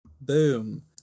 Boom